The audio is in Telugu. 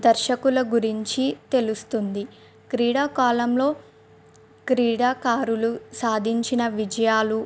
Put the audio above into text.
దర్శకుల గురించి తెలుస్తుంది క్రీడాకాలంలో క్రీడాకారులు సాధించిన విజయాలు